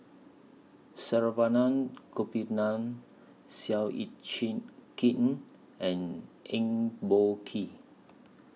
Saravanan Gopinathan Seow Yit Kin and Eng Boh Kee